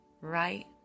right